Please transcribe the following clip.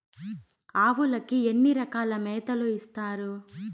ఆవులకి ఎన్ని రకాల మేతలు ఇస్తారు?